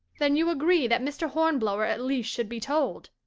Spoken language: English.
then you agree that mr. hornblower at least should be told.